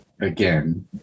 again